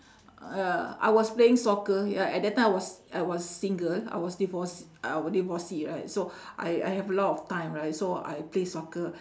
uh I was playing soccer ya at that time I was I was single I was divorce uh was divorcee right so I I have a lot of time right so I played soccer